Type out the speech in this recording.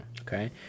Okay